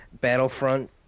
Battlefront